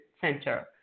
center